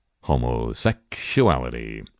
homosexuality